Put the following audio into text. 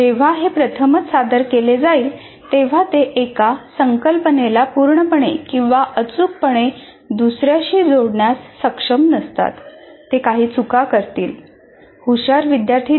जेव्हा हे प्रथमच सादर केले जाईल तेव्हा ते एका संकल्पनेला पूर्णपणे किंवा अचूकपणे दुसर्याशी जोडण्यास सक्षम नसतात